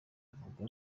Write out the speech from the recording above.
avuga